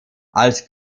als